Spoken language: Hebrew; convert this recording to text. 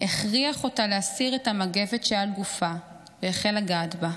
הכריח אותה להסיר את המגבת שעל גופה והחל לגעת בה.